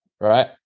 right